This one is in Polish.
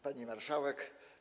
Pani Marszałek!